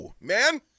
man